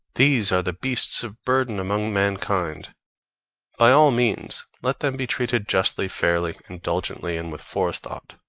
these are the beasts of burden amongst mankind by all means let them be treated justly, fairly, indulgently, and with forethought